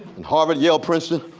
and harvard, yale, princeton.